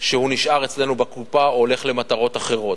שנשאר אצלנו בקופה או הולך למטרות אחרות.